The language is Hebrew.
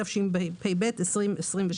התשפ"ב-2022.